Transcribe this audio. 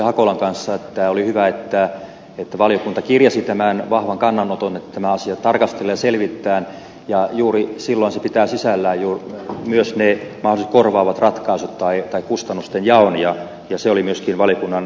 hakolan kanssa että oli hyvä että valiokunta kirjasi tämän vahvan kannanoton että tämä asia tarkastetaan ja selvitetään ja juuri silloin se pitää sisällään myös ne mahdolliset korvaavat ratkaisut tai kustannusten jaon ja se oli myöskin valiokunnan lähtökohta